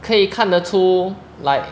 可以看得出 like